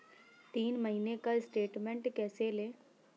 तीन महीने का स्टेटमेंट कैसे लें?